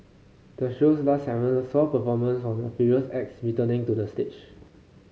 the show's last segment saw performers from the previous acts returning to the stage